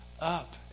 up